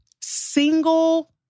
single